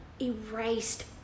erased